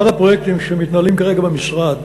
אחד הפרויקטים שמתנהלים כרגע במשרד